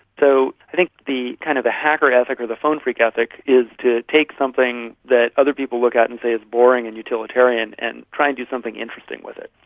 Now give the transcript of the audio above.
so i think the kind of hacker ethic or the phone phreak ethic is to take something that other people look at and as boring and utilitarian and try and do something interesting with it.